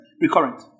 recurrent